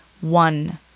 one